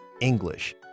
English